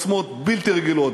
עוצמות בלתי רגילות,